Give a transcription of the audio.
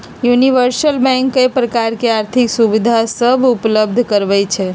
universal bank कय प्रकार के आर्थिक सुविधा सभ उपलब्ध करबइ छइ